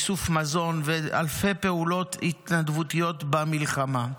באיסוף מזון ובאלפי פעולות התנדבותיות במלחמה.